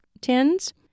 tins